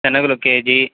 శనగలు ఒక కేజీ